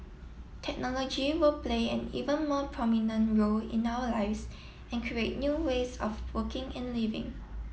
technology will play an even more prominent role in our lives and create new ways of working and living